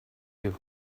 you